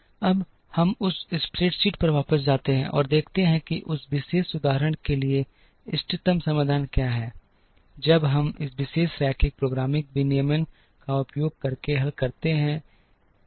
अब हम उस स्प्रेडशीट पर वापस जाते हैं और देखते हैं कि उस विशेष उदाहरण के लिए इष्टतम समाधान क्या है जब हम इस विशेष रैखिक प्रोग्रामिंग विनियमन का उपयोग करके हल करते हैं